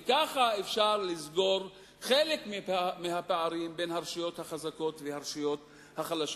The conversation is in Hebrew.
וכך אפשר לסגור חלק מהפערים בין הרשויות החזקות והרשויות החלשות.